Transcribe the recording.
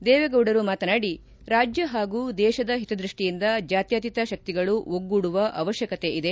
ದೇವೇಗೌಡರು ಮಾತನಾಡಿ ರಾಜ್ಯ ಹಾಗೂ ದೇಶದ ಹಿತದ್ಯಷ್ಟಿಯಿಂದ ಜಾತ್ಯಕೀತ ಶಕ್ತಿಗಳು ಒಗ್ಗೂಡುವ ಅವಶ್ಯಕತೆ ಇದೆ